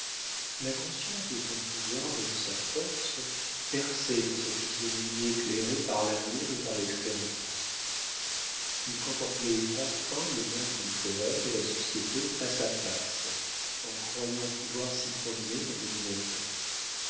la conscience de son pouvoir et de sa force perçait dans sa physionomie éclairée par l'amour et par l'expérience il contemplait enfin le monde littéraire et la société face à face en croyant pouvoir s'y promener en dominateur